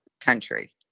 country